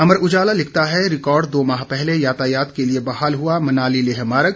अमर उजाला लिखता है रिकार्ड दो माह पहले यातायात के लिए बहाल हुआ मनाली लेह मार्ग